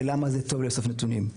ולמה זה טוב לאסוף נתונים.